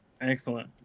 excellent